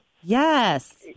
Yes